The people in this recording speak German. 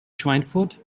schweinfurt